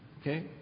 okay